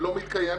לא מתקיים,